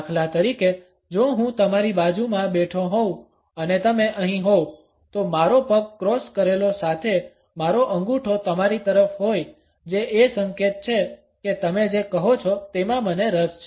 દાખલા તરીકે જો હું તમારી બાજુમાં બેઠો હોઉં અને તમે અહીં હોવ તો મારો પગ ક્રોસ કરેલો સાથે મારો અંગૂઠો તમારી તરફ હોય જે એ સંકેત છે કે તમે જે કહો છો તેમાં મને રસ છે